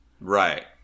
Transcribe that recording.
Right